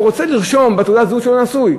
רוצה לרשום בתעודת הזהות שהוא נשוי,